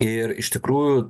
ir iš tikrųjų